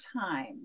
time